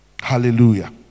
hallelujah